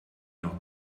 noch